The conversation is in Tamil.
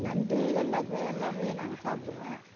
நண்டு எல்லாம் எல்லாமே நான் சாப்பிடுவேன்